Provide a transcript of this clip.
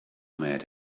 mad